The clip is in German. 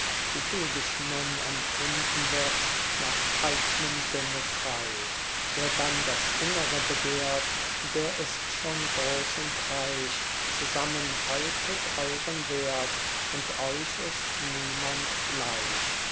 wie du dich nun empfinden wirst nach eignem sinne frei wer dann das innere begehrt der ist schon groß und reich zusammen haltet euren wert und euch ist niemand gleich